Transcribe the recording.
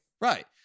Right